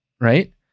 right